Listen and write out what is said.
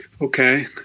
Okay